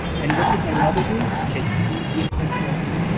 and what did my mother do? she had three beautiful children,